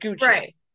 right